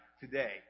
today